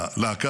הלהקה